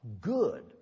good